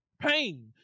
pain